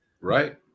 Right